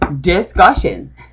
discussion